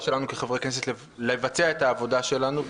שלנו כחברי כנסת לבצע את העבודה שלנו.